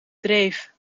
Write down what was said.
dreef